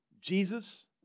Jesus